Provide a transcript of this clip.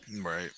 Right